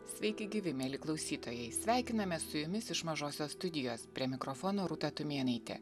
sveiki gyvi mieli klausytojai sveikinamės su jumis iš mažosios studijos prie mikrofono rūta tumėnaitė